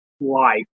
life